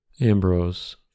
Ambrose